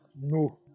no